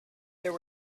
there